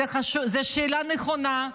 זו שאלה נכונה,